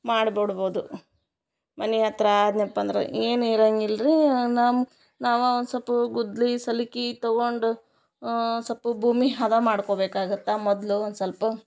ಮಾಡಿ ಬಿಡ್ಬೋದು ಮನೆ ಹತ್ತಿರ ಆದ್ನ್ಯಪ್ಪ ಅಂದ್ರೆ ಏನೂ ಇರಂಗಿಲ್ಲ ರೀ ನಮ್ಮ ನಾವೇ ಒಂದು ಸೊಲ್ಪ ಗುದ್ದಲಿ ಸಲ್ಕೆ ತಗೊಂಡು ಸೊಲ್ಪ್ ಭೂಮಿ ಹದ ಮಾಡ್ಕೊಬೇಕಾಗತ್ತೆ ಮೊದಲು ಒಂದು ಸೊಲ್ಪ